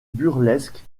burlesque